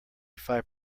five